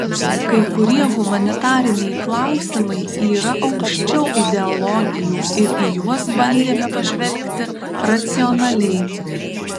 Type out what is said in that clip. kai kurie humanitariniai klausimai yra aukščiau ideologijų ir į juos bandėme pažvelgti racionaliai